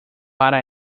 para